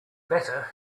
better